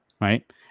Right